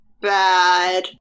bad